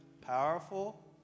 Powerful